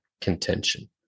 contention